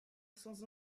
sans